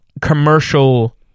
commercial